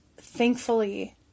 thankfully